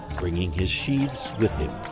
bringing his sheaves with him.